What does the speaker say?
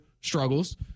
struggles